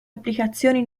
applicazioni